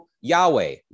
Yahweh